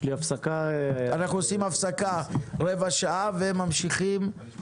נעשה הפסקה של רבע שעה ונפתח את הישיבה